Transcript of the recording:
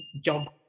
job